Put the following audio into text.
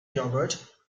yogurt